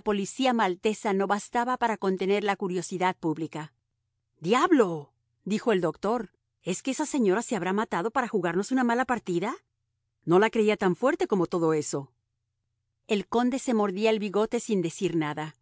policía maltesa no bastaba para contener la curiosidad pública diablo dijo el doctor es que esa señora se habrá matado para jugarnos una mala partida no la creía tan fuerte como todo eso el conde se mordía el bigote sin decir nada